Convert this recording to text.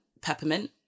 Peppermint